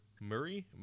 Murray